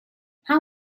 how